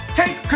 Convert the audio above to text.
take